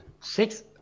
Six